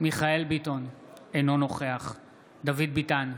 מיכאל מרדכי ביטון, אינו נוכח דוד ביטן,